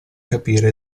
capire